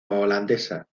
holandesa